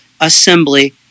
Assembly